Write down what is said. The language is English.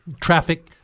traffic